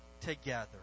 together